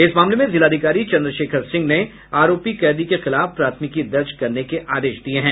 इस मामले में जिलाधिकारी चंद्रशेखर सिंह ने आरोपी कैदी के खिलाफ प्राथमिकी दर्ज करने के आदेश दिये हैं